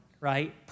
right